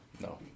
no